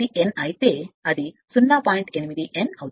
8 n అవుతుంది